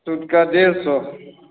suit डेढ़ सौ